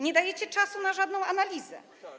Nie dajecie czasu na żadną analizę.